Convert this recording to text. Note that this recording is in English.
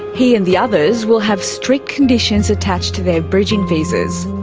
he and the others will have strict conditions attached to their bridging visas.